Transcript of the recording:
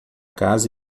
casa